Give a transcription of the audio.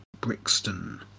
Brixton